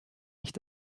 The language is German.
nicht